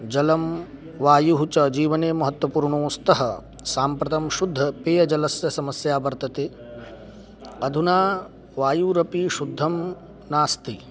जलं वायुः च जीवने महत्वपूर्णौ स्तः साम्प्रतं शुद्धपेयजलस्य समस्या वर्तते अधुना वायुरपि शुद्धं नास्ति